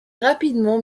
rapidement